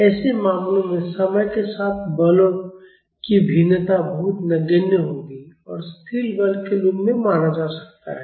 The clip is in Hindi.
ऐसे मामलों में समय के साथ बलों की भिन्नता बहुत नगण्य होगी और स्थिर बल के रूप में माना जा सकता है